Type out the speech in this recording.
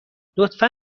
لطفا